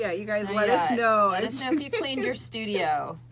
yeah you gotta and let us know. let us know if you cleaned your studio,